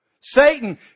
Satan